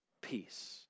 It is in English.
peace